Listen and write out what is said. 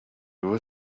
were